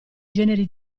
generi